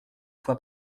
fois